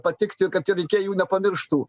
patikti kad tie rinkėjai jų nepamirštų